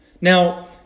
Now